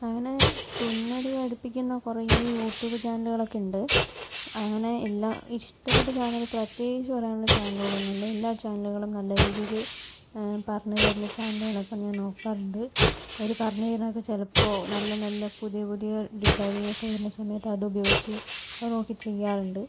അങ്ങനെ തുന്നൽ പഠിപ്പിക്കുന്ന കുറേ യൂട്യൂബ് ചാനലുകളൊക്കെ ഉണ്ട് അങ്ങനെ എല്ലാ ഇഷ്ടപ്പെട്ട ചാനൽ പ്രത്യേകിച്ച് പറയാനുള്ള ചാനലുകളൊന്നും ഇല്ല എല്ലാ ചാനലുകളും നല്ല രീതിയിൽ പറഞ്ഞു തരുന്ന ചാനലുകളൊക്കെ ഞാൻ നോക്കാറുണ്ട് അവർ പറഞ്ഞു തരുന്നത് ചിലപ്പോൾ നല്ല നല്ല പുതിയ പുതിയ ഡിസൈനിങ്ങൊക്കെ വരുന്ന സമയത്ത് അതുപയോഗിച്ച് അതു നോക്കി ചെയ്യാറുണ്ട്